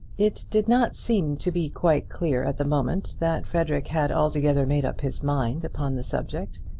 it did not seem to be quite clear at the moment that frederic had altogether made up his mind upon the subject.